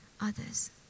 others